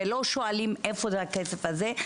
ולא שואלים איפה הכסף הזה?